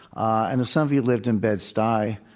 and if some of you lived in bed-stuy,